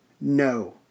no